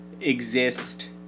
exist